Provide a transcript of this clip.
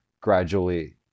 gradually